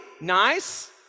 Nice